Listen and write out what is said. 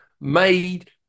made